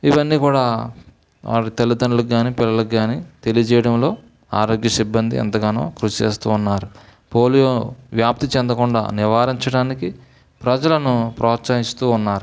ఇవన్నీ కూడా వారు తల్లిదండ్రులకు గానీ పిల్లలకి గానీ తెలియజేయడంలో ఆరోగ్య సిబ్బంది ఎంతగానో కృషి చేస్తూ ఉన్నారు పోలియో వ్యాప్తి చెందకుండా నివారించడానికి ప్రజలను ప్రోత్సహిస్తూ ఉన్నారు